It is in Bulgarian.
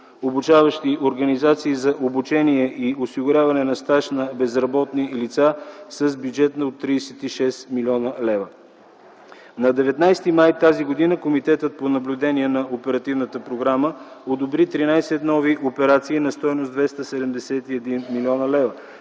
обучаващи организации за обучение и осигуряване на стаж на безработни лица с бюджет от 36 млн. лв. На 19 май т.г. Комитетът по наблюдение на оперативната програма одобри 13 нови операции на стойност 271 млн. лв.,